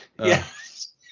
Yes